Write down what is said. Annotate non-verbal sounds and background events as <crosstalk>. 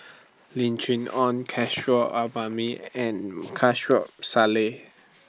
Lim Chee Onn Kishore <unintelligible> and <unintelligible> Salleh